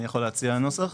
אני אציע נוסח: